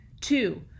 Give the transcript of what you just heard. Two